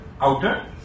outer